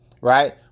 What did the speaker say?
right